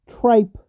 tripe